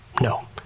no